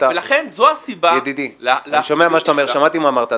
ולכן זו הסיבה --- רגע, ידידי, שמעתי מה אמרת.